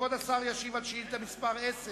כבוד השר ישיב על שאילתא מס' 10